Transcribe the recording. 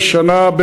היא שנה,